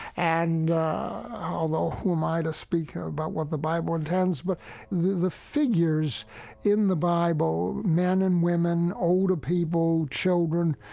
and although who am i to speak about what the bible intends? but the the figures in the bible, men and women, older people, children,